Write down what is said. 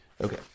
Okay